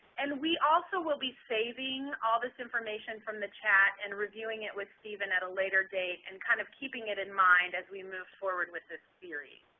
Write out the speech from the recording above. and we also will be saving all this information from the chat and reviewing it with stephen at a later date and kind of keeping it in mind as we move forward with this series.